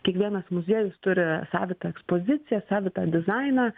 kiekvienas muziejus turi savitą ekspoziciją savitą dizainą